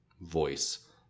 voice